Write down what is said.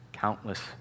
countless